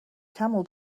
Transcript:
camel